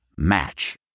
match